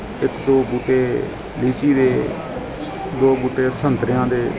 ਇੱਕ ਦੋ ਬੂਟੇ ਲੀਚੀ ਦੇ ਦੋ ਬੂਟੇ ਸੰਤਰਿਆਂ ਦੇ